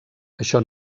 això